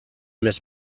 miss